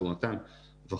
צור נתן וכולי,